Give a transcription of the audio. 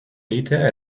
egitea